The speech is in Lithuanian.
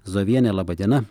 zovienė laba diena